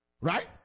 right